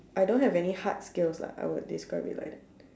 I don't have any hard skills lah I will describe it like